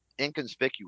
Inconspicuous